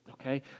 Okay